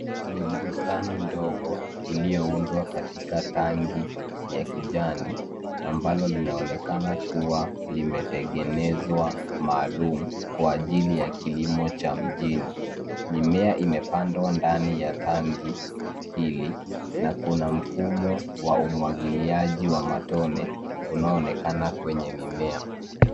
Ni bustani ndogo iliyoundwa katika tanki ya kijani ambalo linaonekana kuwa limetengenezwa maalum kwa ajili ya kilimo cha mjini. Mimea imepandwa ndani ya tanki hili na kuna mfumo wa umwagiliaji wa matone unaoonekana kwenye mimea.